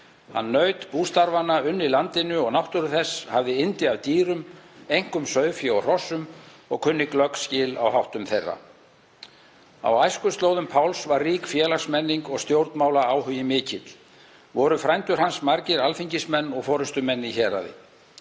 Hann naut bústarfanna, unni landinu og náttúru þess, hafði yndi af dýrum, einkum sauðfé og hrossum, og kunni glögg skil á háttum þeirra. Á æskuslóðum Páls var rík félagsmenning og stjórnmálaáhugi mikill. Voru frændur hans margir alþingismenn og forystumenn í héraði.